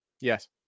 Yes